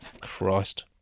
Christ